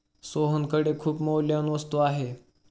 सोहनकडे खूप मौल्यवान वस्तू आहे